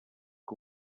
que